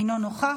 אינו נוכח.